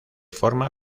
forma